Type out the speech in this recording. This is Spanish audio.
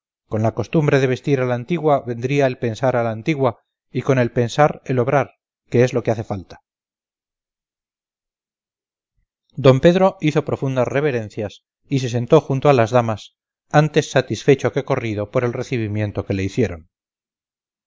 con la costumbre de vestir a la antigua vendría el pensar a la antigua y con el pensar el obrar que es lo que hace falta d pedro hizo profundas reverencias y se sentó junto a las damas antes satisfecho que corrido por el recibimiento que le hicieron